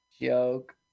joke